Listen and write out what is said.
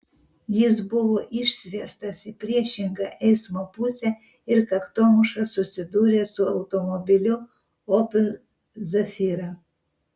jis buvo išsviestas į priešingą eismo pusę ir kaktomuša susidūrė su automobiliu opel zafira